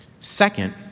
Second